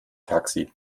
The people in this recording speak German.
taxi